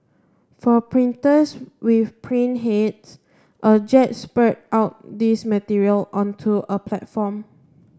for printers with print heads a jet spurt out these material onto a platform